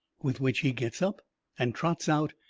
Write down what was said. with which he gets up and trots out,